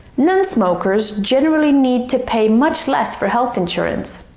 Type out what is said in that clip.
non-smokers generally need to pay much less for health insurance